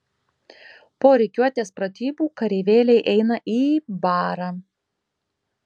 po rikiuotės pratybų kareivėliai eina į barą